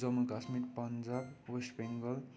Jammu Kashmir Punjab West Bengal